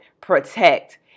protect